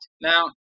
Now